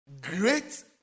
great